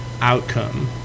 outcome